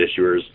issuers